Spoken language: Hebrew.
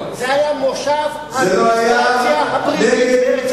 זה לא היה מלון, אל תפריע לו.